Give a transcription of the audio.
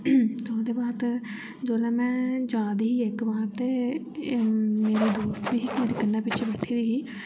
ते ओह्दे बाद जोल्लै मैं जा दी ही इक बार ते मेरी दोस्त बी ही मेरे कन्ने पिच्छे बैठी दी ही